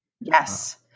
Yes